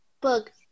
book